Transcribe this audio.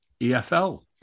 EFL